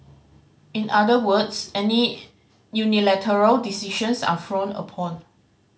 in other words any unilateral decisions are frowned upon